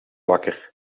wakker